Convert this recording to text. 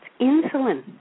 Insulin